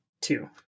two